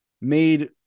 made